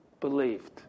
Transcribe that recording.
believed